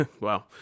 wow